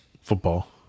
football